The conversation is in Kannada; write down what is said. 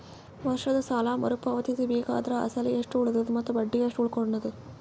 ವರ್ಷದ ಸಾಲಾ ಮರು ಪಾವತಿಸಬೇಕಾದರ ಅಸಲ ಎಷ್ಟ ಉಳದದ ಮತ್ತ ಬಡ್ಡಿ ಎಷ್ಟ ಉಳಕೊಂಡದ?